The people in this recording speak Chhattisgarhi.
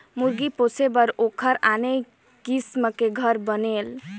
मुरगी पोसे बर ओखर आने किसम के घर बनेल